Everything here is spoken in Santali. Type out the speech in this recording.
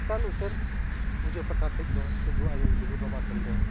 ᱪᱮᱛᱟᱱ ᱩᱛᱟᱹᱨ ᱯᱩᱡᱟᱹ ᱯᱟᱴᱟ ᱴᱷᱮᱱᱫᱚ ᱞᱩᱜᱩ ᱟᱭᱳ ᱞᱩᱜᱩ ᱵᱟᱵᱟ ᱴᱷᱮᱱᱫᱚ